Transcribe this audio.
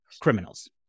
criminals